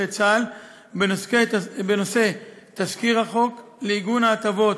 צה״ל בנושא תזכיר החוק לעיגון ההטבות